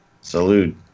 salute